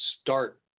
start